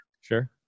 sure